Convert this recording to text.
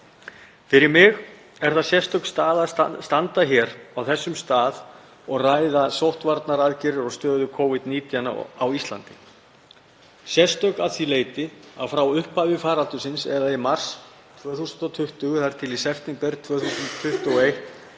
Fyrir mig er það sérstök staða að standa hér á þessum stað og ræða sóttvarnaaðgerðir og stöðu Covid-19 á Íslandi, sérstök að því leyti að frá upphafi faraldursins, eða í mars 2020 þar til í september 2021,